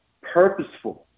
purposeful